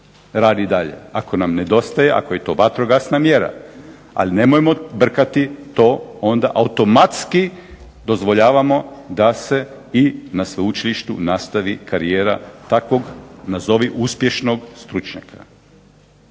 radi i dalje, ako nam nedostaje, ako je to vatrogasna mjera. Ali, nemojmo brkati to onda automatski dozvoljavamo da se i na sveučilištu nastavi takvog nazovi "uspješnog" stručnjaka.